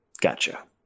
Gotcha